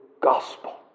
gospel